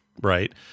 right